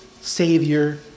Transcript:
Savior